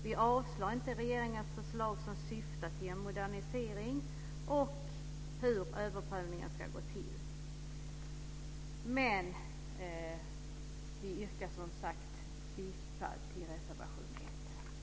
Vi avstyrker inte regeringens förslag, som syftar till en modernisering och en reglering av hur jävsprövning ska gå till, men vi yrkar som sagt bifall till reservation 1.